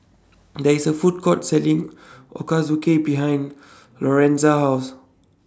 There IS A Food Court Selling Ochazuke behind Lorenza's House